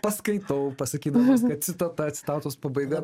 paskaitau pasakydamas kad citata citatos pabaiga